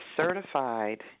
certified